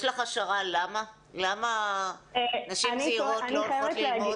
יש לך השערה למה נשים צעירות לא הולכות ללמוד?